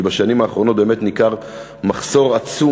כי בשנים האחרונות באמת ניכר מחסור עצום